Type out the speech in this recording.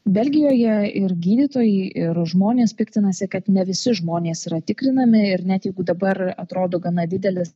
belgijoje ir gydytojai ir žmonės piktinasi kad ne visi žmonės yra tikrinami ir net jeigu dabar atrodo gana didelis